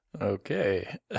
Okay